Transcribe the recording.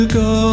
go